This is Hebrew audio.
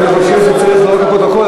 אני חושב שצריך לא רק לפרוטוקול,